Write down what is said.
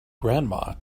grandma